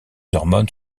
hormones